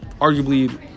arguably